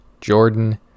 Jordan